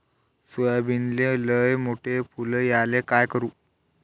सोयाबीनले लयमोठे फुल यायले काय करू?